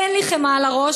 אין לי חמאה על הראש,